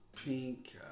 pink